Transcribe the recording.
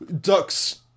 ducks